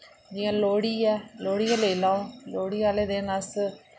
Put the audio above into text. जि'यां लोह्ड़ी ऐ लोह्ड़ी गै लेई लाओ लोह्ड़ी आह्ले दिन अस